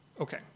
Okay